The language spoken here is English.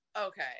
Okay